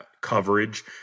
coverage